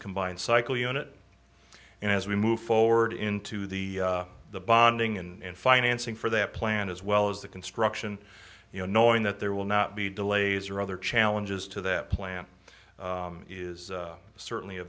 combined cycle unit and as we move forward into the the bonding and financing for that plant as well as the construction you know knowing that there will not be delays or other challenges to that plant is certainly a